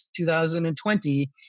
2020